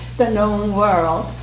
the known world.